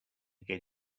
get